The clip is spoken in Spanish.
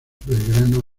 belgrano